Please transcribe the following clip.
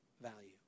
value